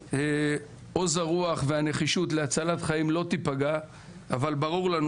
עוז הרוח והנחישות להצלת חיים לא תיפגע אבל ברור לנו